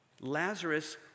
Lazarus